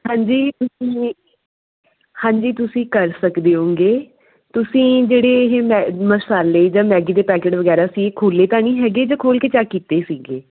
ਹਾਂਜੀ ਤੁਸੀਂ ਇਹ ਹਾਂਜੀ ਤੁਸੀਂ ਕਰ ਸਕਦੇ ਹੋਗੇ ਤੁਸੀਂ ਜਿਹੜੇ ਇਹ ਮੈ ਮਸਾਲੇ ਜਾਂ ਮੈਗੀ ਦੇ ਪੈਕਟ ਵਗੈਰਾ ਸੀ ਖੋਲ੍ਹੇ ਤਾਂ ਨਹੀਂ ਹੈਗੇ ਜਾਂ ਖੋਲ੍ਹ ਕੇ ਚੈੱਕ ਕੀਤੇ ਸੀਗੇ